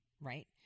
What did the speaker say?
right